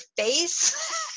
face